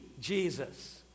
Jesus